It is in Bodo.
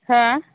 हा